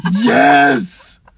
Yes